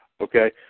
Okay